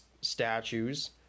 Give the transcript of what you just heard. statues